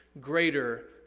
greater